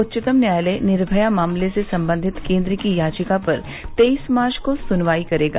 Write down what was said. उच्चतम न्यायालय निर्भया मामले से सम्बंधित केन्द्र की याचिका पर तेईस मार्च को सुनवाई करेगा